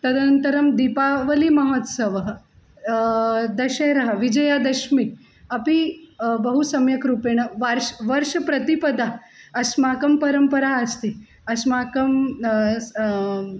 तदन्तरं दीपावलिमहोत्सवः दशरा विजयदशमी अपि बहु सम्यक्रूपेण वर्षं वर्षप्रतिपदम् अस्माकं परम्परा अस्ति अस्माकं